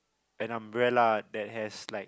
an umbrella that has like